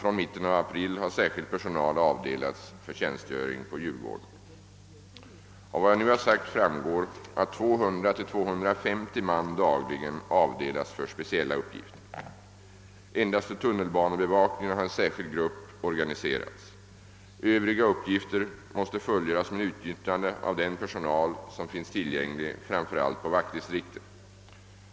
Från mitten av april har särskild personal avdelats för tjänstgöring på Djurgården. Av vad jag nu har sagt framgår att 200—250 man dagligen avdelas för speciella uppgifter. Endast för tunnelbanebevakningen har en särskild grupp organiserats. Övriga uppgifter måste fullgöras med utnyttjande av den personal som finns tillgänglig framför allt på vaktdistrikten.